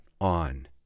on